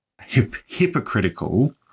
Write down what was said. hypocritical